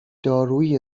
دارویی